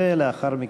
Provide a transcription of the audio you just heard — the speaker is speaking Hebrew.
ולאחר מכן,